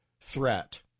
threat